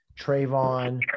Trayvon